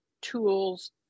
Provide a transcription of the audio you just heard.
tools